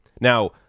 Now